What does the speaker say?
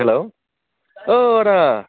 हेल' औ आदा